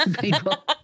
people